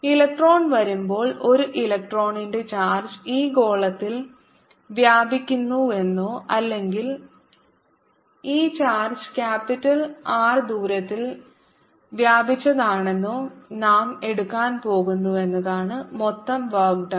electron വരുമ്പോൾ ഒരു ഇലക്ട്രോണിന്റെ ചാർജ് ഈ ഗോളത്തിൽ വ്യാപിക്കുന്നുവെന്നോ അല്ലെങ്കിൽ ഈ ചാർജ് ക്യാപിറ്റൽ R ദൂരത്തിൽ വ്യാപിച്ചതാണെന്നോ നാം എടുക്കാൻ പോകുന്നുവെന്നതാണ് മൊത്തം വർക്ക് ഡൺ